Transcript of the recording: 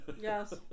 Yes